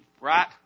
right